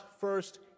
first